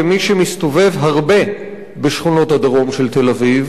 כמי שמסתובב הרבה בשכונות הדרום של תל-אביב,